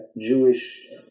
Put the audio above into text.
Jewish